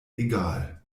egal